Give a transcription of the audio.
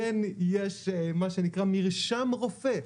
כן יש מה שנקרא מרשם רופא.